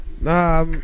Nah